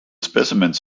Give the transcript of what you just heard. specimens